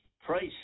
price